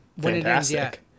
fantastic